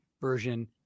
version